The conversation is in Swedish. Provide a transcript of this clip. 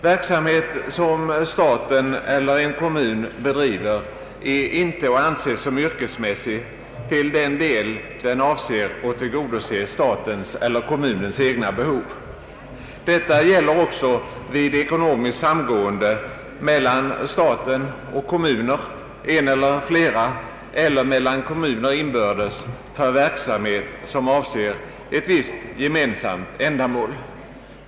Verksamhet som staten eller en kommun bedriver är inte att anse som yrkesmässig till den del den avser att tillgodose statens eller kommunens egna behov. Detta gäller också vid ekonomiskt samgående mellan staten och kommuner, en eller flera, eller mellan kommuner inbördes för verksamhet som avser ett visst gemensamt ändamål.